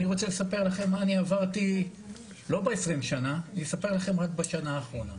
אני רוצה לספר לכם מה אני עברתי - לא בעשרים שנה אלא רק בשנה האחרונה.